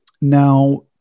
Now